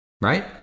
Right